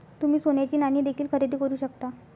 तुम्ही सोन्याची नाणी देखील खरेदी करू शकता